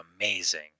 amazing